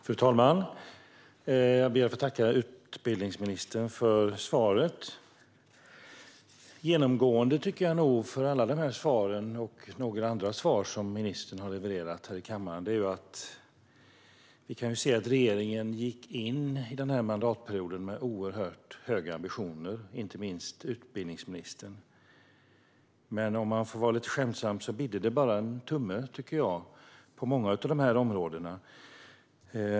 Fru talman! Jag ber att få tacka utbildningsministern för svaret. Det finns en sak som är genomgående för det här och några andra svar som ministern har levererat här i kammaren. Det handlar om att regeringen, och inte minst utbildningsministern, gick in i mandatperioden med oerhört höga ambitioner. Men om man får vara lite skämtsam bidde det bara en tumme, på många av områdena.